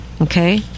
Okay